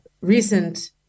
Recent